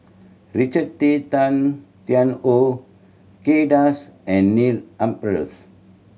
Richard Tay Tan Tian Hoe Kay Das and Neil Humphreys